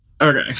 Okay